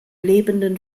lebenden